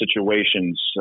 situations